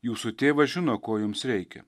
jūsų tėvas žino ko jums reikia